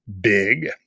big